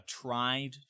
tried